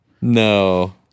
No